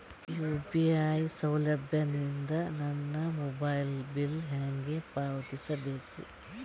UPI ಸೌಲಭ್ಯ ಇಂದ ನನ್ನ ಮೊಬೈಲ್ ಬಿಲ್ ಹೆಂಗ್ ಪಾವತಿಸ ಬೇಕು?